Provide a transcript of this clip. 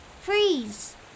Freeze